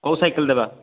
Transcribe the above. କେଉଁ ସାଇକେଲ୍ ଦେବା